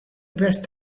best